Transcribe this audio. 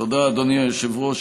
תודה, אדוני היושב-ראש.